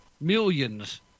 Millions